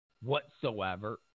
whatsoever